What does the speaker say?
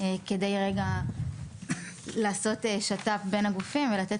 כדי רגע לעשות שת"פ בין הגופים ולתת